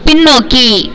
பின்னோக்கி